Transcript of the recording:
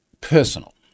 personal